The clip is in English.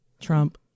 Trump